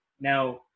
now